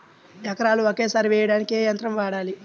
ఎకరాలు ఒకేసారి వేయడానికి ఏ యంత్రం వాడాలి?